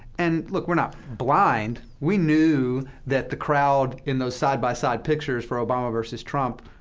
and look, we're not blind. we knew that the crowd in those side-by-side pictures for obama versus trump,